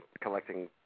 collecting